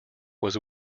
was